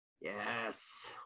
Yes